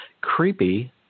creepy